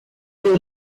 you